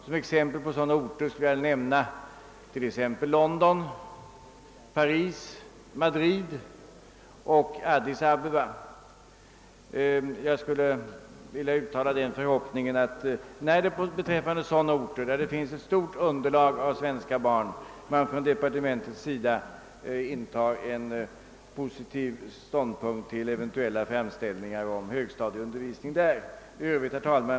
Som exempel på sådana orter kan jag nämna London, Paris, Madrid och Addis Abeba. Jag vill uttala förhoppningen att man från departementets sida intar en positiv ståndpunkt till eventuella framställningar om högstadieundervisning på sådana orter där det finns ett stort underlag av svenska barn. Herr talman!